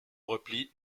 replie